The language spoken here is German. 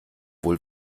wohl